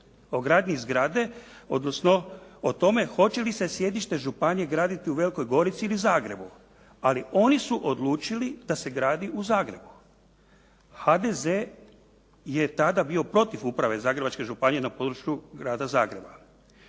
o tome hoće li se sjedište županije graditi u Velikoj Gorici ili Zagrebu, ali oni su odlučili da se gradi u Zagrebu. HDZ je tada bio protiv uprave Zagrebačke županije na području grada Zagreba.